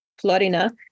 florina